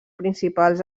principals